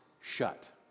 shut